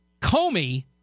Comey